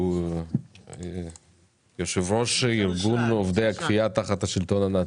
שהוא יושב-ראש ארגון עובדי הכפייה תחת השלטון הנאצי.